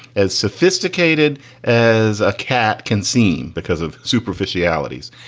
as sophisticated as a cat can seem because of superficialities.